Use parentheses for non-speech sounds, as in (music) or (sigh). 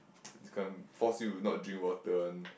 (noise) this kind force you to not drink water one